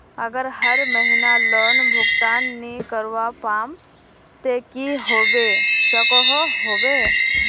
अगर हर महीना लोन भुगतान नी करवा पाम ते की होबे सकोहो होबे?